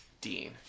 Dean